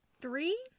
three